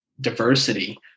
diversity